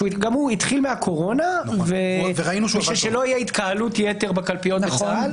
וגם הוא התחיל מהקורונה כדי שלא תהיה התקהלות יתר בקלפיות בצה"ל.